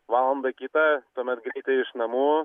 valandą kitą tuomet greitai iš namų